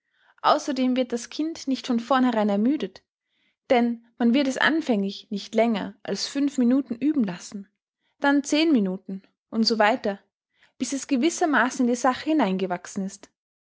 außerdem wird das kind nicht von vornherein ermüdet denn man wird es anfänglich nicht länger als fünf minuten üben lassen dann zehn minuten u s w bis es gewissermaßen in die sache hinein gewachsen ist